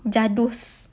jadus